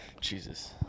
Jesus